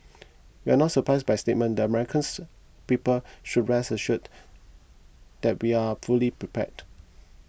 we are not surprised by statement and the Americans people should rest assured that we are fully prepared